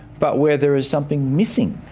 but where there is something missing.